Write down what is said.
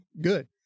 good